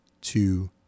two